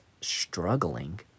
struggling